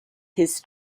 his